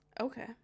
Okay